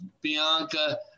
Bianca